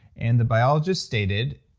and the biologist stated,